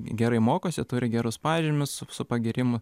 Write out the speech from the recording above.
gerai mokosi turi gerus pažymius su su pagyrimu